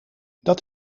dat